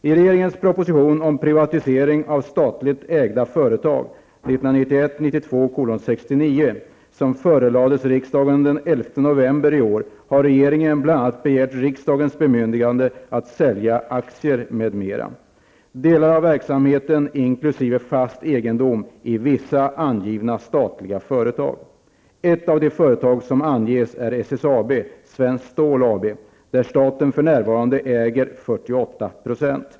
I regeringens proposition om privatisering av statligt ägda företag som förelades riksdagen den 11 november i år har regeringen bl.a. begärt riksdagens bemyndigande att sälja aktier, delar av verksamheter inkl. fast egendom m.m. i vissa angivna statliga företag. Ett av de företag som anges är SSAB, Svenskt Stål AB, där staten för närvarande äger 48 %.